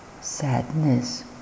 Sadness